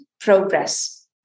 progress